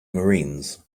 marines